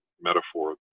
metaphor